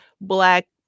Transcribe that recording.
black